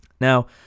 Now